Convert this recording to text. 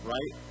Right